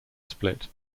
split